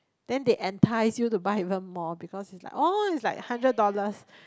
then they entice you to buy even more because is like oh is like hundred dollars